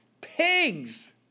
pigs